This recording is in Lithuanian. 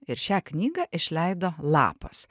ir šią knygą išleido lapas